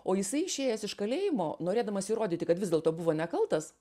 o jisai išėjęs iš kalėjimo norėdamas įrodyti kad vis dėlto buvo nekaltas